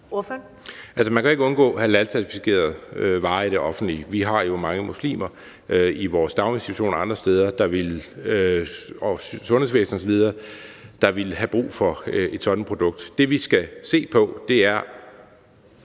man kan ikke undgå halalcertificerede varer i det offentlige. Vi har jo mange muslimer i vores daginstitutioner og i sundhedsvæsenet osv., der ville have brug for et sådant produkt. Det, vi skal se på, er: